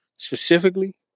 Specifically